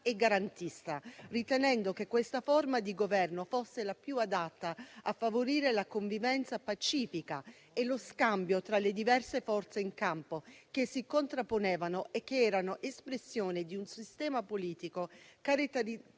garantista, ritenendo che questa forma di governo fosse la più adatta a favorire la convivenza pacifica e lo scambio tra le diverse forze in campo che si contrapponevano e che erano espressione di un sistema politico